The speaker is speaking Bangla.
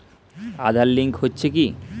আঁধার লিঙ্ক হচ্ছে কি?